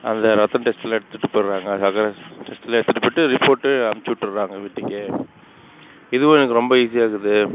அந்த ரத்தம் டெஸ்ட்டுலாம் எடுத்துகிட்டு போயிடுறாங்க அந்த டெஸ்ட்லாம் எடுத்துகிட்டு போயிட்டு ரிப்போர்ட் அனுப்பிச்சி விட்டுடுறாங்க வீட்டுக்கு இதுவும் எனக்கு ரொம்ப ஈஸியாகுது